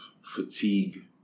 fatigue